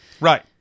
Right